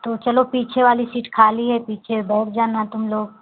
तो चलो पीछे वाली सीट खाली है पीछे बैठ जाना तुम लोग